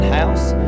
house